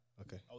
Okay